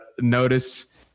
notice